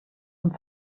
zum